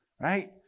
Right